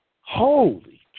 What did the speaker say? holy